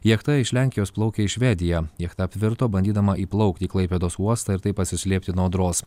jachta iš lenkijos plaukia į švediją jachta apvirto bandydama įplaukti į klaipėdos uostą ir taip pasislėpti nuo audros